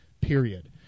period